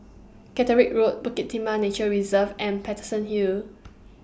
Caterick Road Bukit Timah Nature Reserve and Paterson Hill